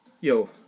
Yo